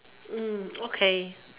mm okay